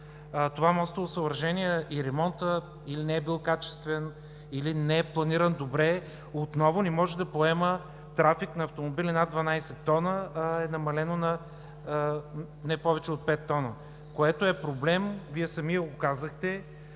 това мостово съоръжение и ремонта – или не е бил качествен, или не е планиран добре, отново не може да поема трафик на автомобили над 12 т, а е намалено на не повече от 5 т, което е проблем. Вие го казахте